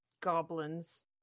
Goblins